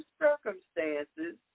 circumstances